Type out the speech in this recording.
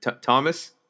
Thomas